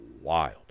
wild